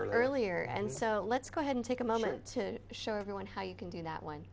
earlier and so let's go ahead and take a moment to show everyone how you can do that one